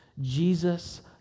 Jesus